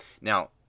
Now